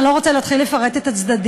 ואני לא רוצה להתחיל לפרט את הצדדים.